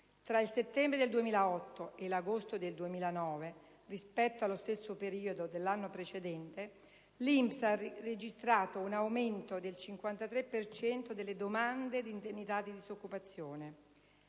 fra il settembre del 2008 e l'agosto del 2009, rispetto allo stesso periodo dell'anno precedente, l'INPS ha registrato un aumento del 53 per cento delle domande di indennità di disoccupazione.